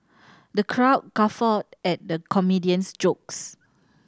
the crowd guffawed at the comedian's jokes